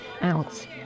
out